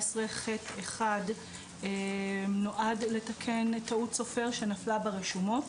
14ח(1) נועד לתקן טעות סופר שנפלה ברשומות.